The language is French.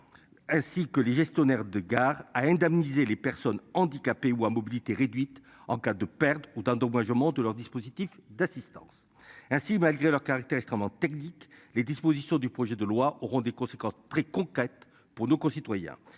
Ainsi que les gestionnaires de gare à indemniser les personnes handicapées ou à mobilité réduite en cas de perdre autant moi je monte leur dispositif d'assistance. Ainsi, malgré leur caractère extrêmement technique, les dispositions du projet de loi auront des conséquences très concrètes pour nos concitoyens